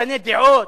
משנה דעות?